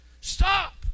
Stop